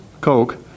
Coke